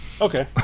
Okay